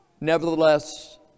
Nevertheless